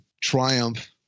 triumph